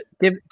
Give